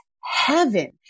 heaven